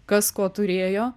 kas ko turėjo